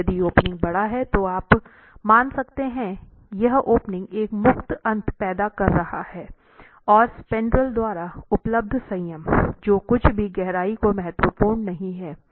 अब यदि ओपनिंग बड़ा है तो आप मान सकते हैं यह ओपनिंग एक मुक्त अंत पैदा कर रहा है और स्पैन्ड्रेल द्वारा उपलब्ध संयम जो कुछ भी गहराई हो महत्वपूर्ण नहीं है